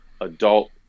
adult